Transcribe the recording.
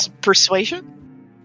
persuasion